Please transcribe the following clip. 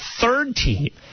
third-team